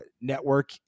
network